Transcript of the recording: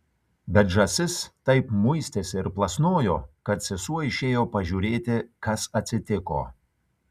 bet žąsis taip muistėsi ir plasnojo kad sesuo išėjo pažiūrėti kas atsitiko